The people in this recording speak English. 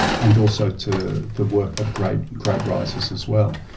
and also to the work of great great writers as well.